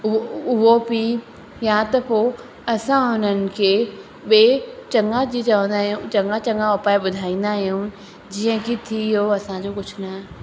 उहो पीउ या त पोइ असां उन्हनि खे ॿिए चङा जी चवंदा आहियूं चङा चङा उपाय ॿुधाईंदा आहियूं जीअं की थी वियो असांजो कुझु न